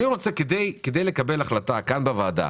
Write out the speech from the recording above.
כדי לקבל החלטה בוועדה